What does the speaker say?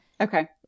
Okay